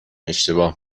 اشتباه